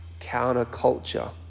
counterculture